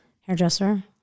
hairdresser